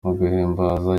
guhimbaza